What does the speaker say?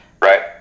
Right